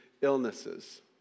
illnesses